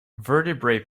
vertebrate